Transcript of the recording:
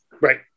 Right